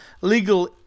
Legal